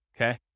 okay